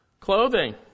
clothing